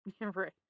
Right